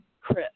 Chris